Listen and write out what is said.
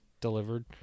delivered